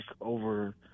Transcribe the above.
over